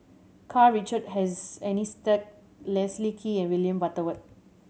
Karl Richard Leslie Kee and William Butterworth